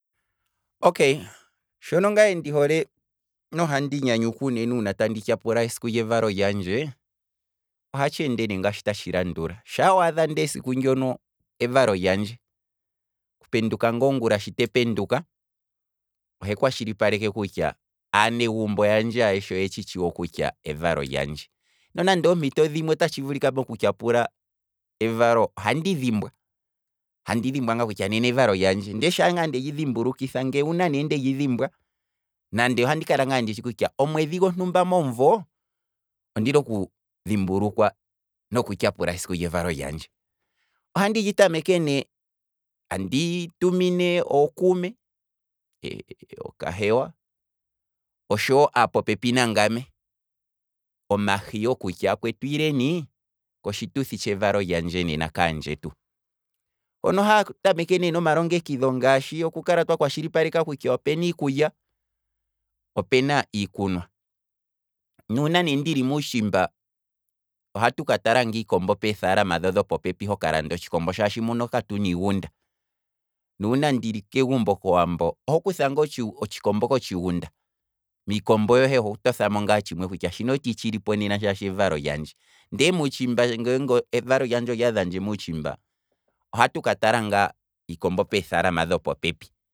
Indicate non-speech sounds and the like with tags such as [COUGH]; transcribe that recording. Okay, shono ngaye ndi hole nohandi nyanyukwa uunene una tandi tyapula evalo lyandje, ohatsheende ngaashi tatshi talundalu, shaa wadha ngaa esiku ndono evalo, okupenduka nga ongula shi tependuka, ohe kwashilipaleke kutya, aanegumbo yandje ayeshe oye tshitshi wo kutya evalo lyandje, nonande oompito dhimwe ota tshivulika poku tyapula evalo, ohandi dhimbwa, handi dhimbwa ngaa kutya nena evalo lyandje, ndee sha ngaa uuna ndeli dhimbulukitha, nuuna ne ndeli mbwa nande ohandi kala ngaa nditshi kutya, omwedhi gontumba momumvo, ondina okudhimbulukwa nokutya pula esiku lyevalo lyandje, ohandi tameke ne, andi tumine ookume [HESITATION] ookahewa, otshowo aapopepi nangaye, omashiyo kutya akwetu ileni kotshituthi tshevalo lyandje nena kaandjetu, hono haa tameke ne nomalongekidho ngaashi oku kwashilipaleka kutya opena iikulya, opena iikunwa, nuuna ne ndili muutshimba ohatu ka talane otshikombo peefalama dhoka dhili popepi hokalanda otshikombo shaashi muno katuna iigunda, nuuna ndili kegumbo kowambo, ohokutha ngaa otshi otshikombo kotshigunda, miikombo yohe oho tothamo ngaa kutya, shino otii tshilipo nena shaashi evalo lyandje, ndee mutshimba ngenge evalo lyandje olyaadhandje muutshimba, ohatu katala ngaa iikombo peefalama dho popepi.